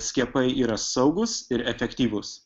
skiepai yra saugūs ir efektyvūs